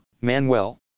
Manuel